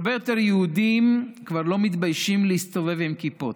הרבה יותר יהודים כבר לא מתביישים להסתובב עם כיפות,